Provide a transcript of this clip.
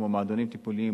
כמו מועדונים טיפוליים,